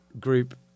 group